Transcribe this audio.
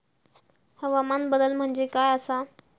हवामान बदल म्हणजे काय आसा?